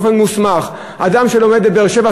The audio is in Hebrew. באופן מוסמך: אדם שלומד בבאר-שבע,